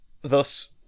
Thus